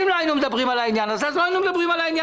אם לא היינו מדברים על העניין הזה אז לא היינו מדברים עליו,